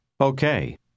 Okay